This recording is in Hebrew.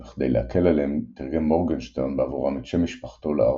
וכדי להקל עליהם תרגם מורגנשטרן בעבורם את שם משפחתו לערבית.